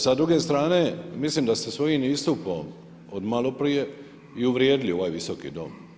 Sa druge strane, mislim da ste svojim istupom od maloprije i uvrijedili ovaj visoki dom.